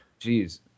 Jeez